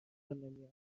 نمیاد